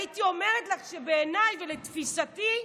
הייתי אומרת לך שבעיניי ולתפיסתי,